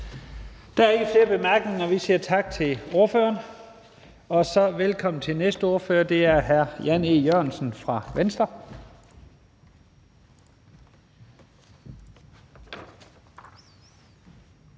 Der ikke flere korte bemærkninger. Vi siger tak til ordføreren. Velkommen til den næste ordfører, og det er hr. Jan E. Jørgensen fra Venstre.